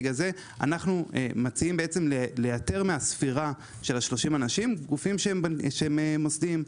בגלל זה אנחנו מציעים לייתר מהספירה של ה-30 גופים שהם מוסדיים.